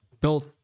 Bill